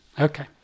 Okay